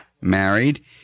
Married